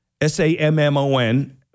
S-A-M-M-O-N